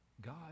god